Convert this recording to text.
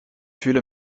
fühle